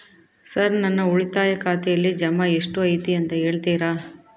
Sir ನನ್ನ ಉಳಿತಾಯ ಖಾತೆಯಲ್ಲಿ ಜಮಾ ಎಷ್ಟು ಐತಿ ಅಂತ ಹೇಳ್ತೇರಾ?